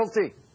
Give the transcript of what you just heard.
guilty